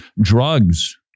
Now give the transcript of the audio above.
Drugs